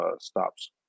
stops